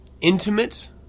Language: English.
intimate